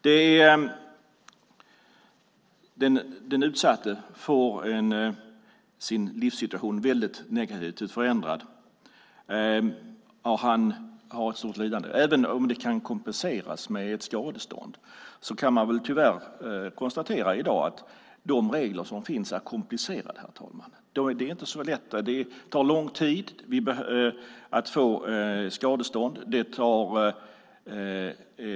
Den utsatte får sin livssituation väldigt negativt förändrad. Även om lidandet kan kompenseras med ett skadestånd kan vi konstatera att de regler som finns i dag är komplicerade. Det tar lång tid att få skadestånd.